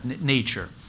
nature